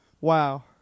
Wow